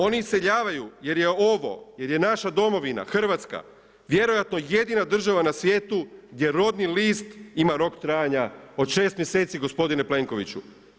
Oni iseljavaju jer je ovo, jer je naša Domovina Hrvatska vjerojatno jedina država na svijetu gdje rodni list ima rok trajanja od 6 mjeseci gospodine Plenkoviću.